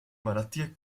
malattie